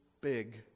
big